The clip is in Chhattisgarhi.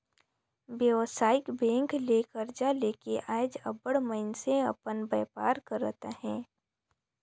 बेवसायिक बेंक ले करजा लेके आएज अब्बड़ मइनसे अपन बयपार करत अहें